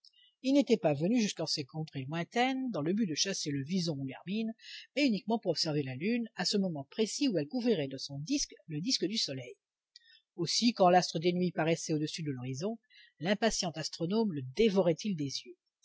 il n'était pas venu jusqu'en ces contrées lointaines dans le but de chasser le wison ou l'hermine mais uniquement pour observer la lune à ce moment précis où elle couvrirait de son disque le disque du soleil aussi quand l'astre des nuits paraissait au-dessus de l'horizon l'impatient astronome le dévorait il des yeux